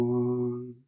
one